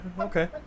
Okay